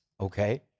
Okay